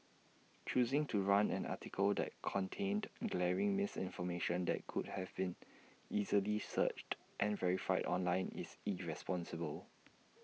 choosing to run an article that contained glaring misinformation that could have been easily searched and verified online is irresponsible